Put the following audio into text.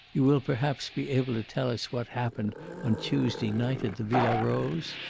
you will perhaps be able to tell us what happened on tuesday night at the villa rose?